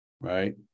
Right